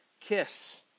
kiss